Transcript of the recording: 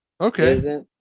Okay